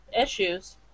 issues